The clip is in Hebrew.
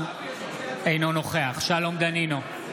אינו נוכח שלום דנינו,